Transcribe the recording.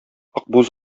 акбүз